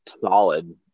solid